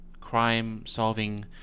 crime-solving